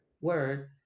word